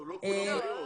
טוב, לא כולם יבואו.